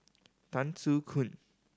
Tan Soo Khoon